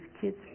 kids